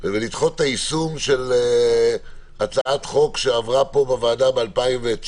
את היישום של הצעת חוק שעברה פה בוועדה ב-2019,